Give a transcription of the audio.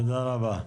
תודה רבה.